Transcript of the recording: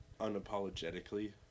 unapologetically